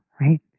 right